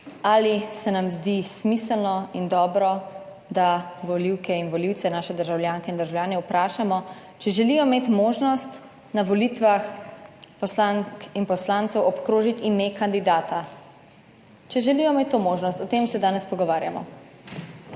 ali se nam zdi smiselno in dobro, da volivke in volivce, naše državljanke in državljane vprašamo, če želijo imeti možnost na volitvah poslank in poslancev obkrožiti ime kandidata, če želijo imeti to možnost, o tem se danes pogovarjamo.